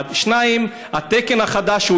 1. 2. התקן החדש,